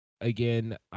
again